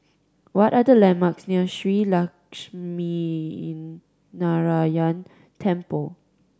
what are the landmarks near Shree Lakshminarayanan Temple